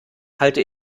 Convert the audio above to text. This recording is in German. halte